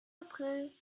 april